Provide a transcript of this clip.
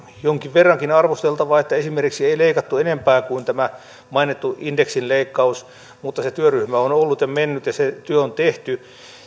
jonkin verran arvosteltavaa että esimerkiksi ei leikattu enempää kuin tämä mainittu indeksin leikkaus mutta se työryhmä on ollut ja mennyt ja se työ on tehty